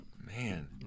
Man